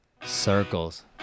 circles